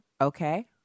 okay